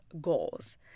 goals